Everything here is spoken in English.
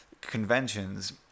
conventions